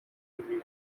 review